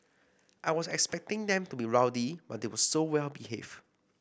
I was expecting them to be rowdy but they were so well behaved